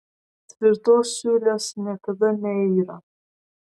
tvirtos siūlės niekada neyra